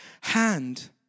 hand